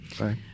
right